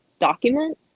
document